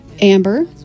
Amber